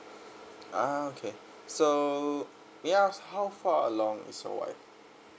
ah okay so may I ask how far along is your wife